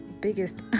biggest